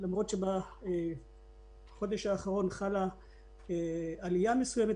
למרות שבחודש האחרון חלה עלייה מסוימת,